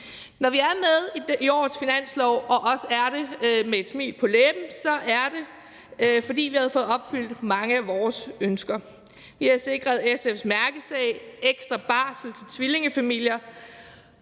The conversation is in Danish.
Når vi er med i årets finanslov og også er det med et smil på læben, er det, fordi vi har fået opfyldt mange af vores ønsker. Vi har sikret SF's mærkesag, ekstra barsel til tvillingefamilier.